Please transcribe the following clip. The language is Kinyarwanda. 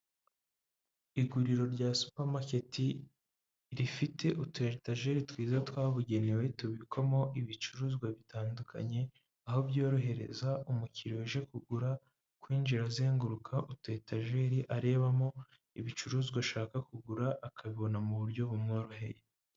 Iguriro rya supamaketi rifite ututageri twiza twabugenewe tubikwamo ibicuruzwa bitandukanye. Aho byorohereza umukiriya uje kugura kwinjira azenguruka ututajeri arebamo ibicuruzwa ashaka kugura akabibona mu buryo bumworoheye.